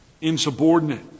Insubordinate